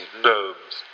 gnomes